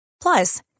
Plus